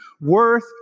Worth